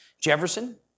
Jefferson